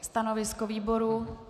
Stanovisko výboru?